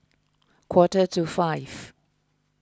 quarter to five